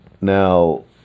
Now